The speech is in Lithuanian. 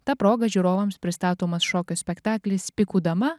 ta proga žiūrovams pristatomas šokio spektaklis pikų dama